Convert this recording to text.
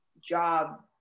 job